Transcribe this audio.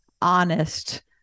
honest